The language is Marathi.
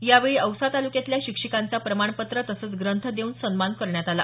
यावेळी औसा तालुक्यातल्या शिक्षिकांचा प्रमाणपत्र तसंच ग्रंथ देवून सन्मान करण्यात आला